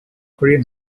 korean